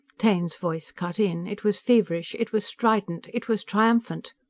taine's voice cut in. it was feverish. it was strident. it was triumphant.